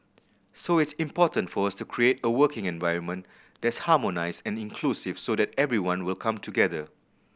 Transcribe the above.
so it's important for us to create a working environment that's harmonised and inclusive so that everyone will come together